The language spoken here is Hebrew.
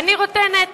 ואני רוטנת.